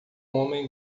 homem